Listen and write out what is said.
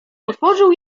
otworzył